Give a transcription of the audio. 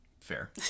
Fair